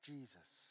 Jesus